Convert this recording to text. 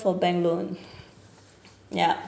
for bank loan ya